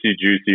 juicy